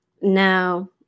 No